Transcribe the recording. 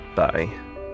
bye